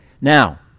Now